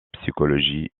psychologie